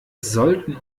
sollten